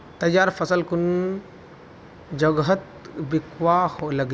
तैयार फसल कुन जगहत बिकवा लगे?